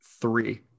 three